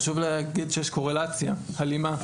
חשוב להגיד שיש קורלציה, הלימה.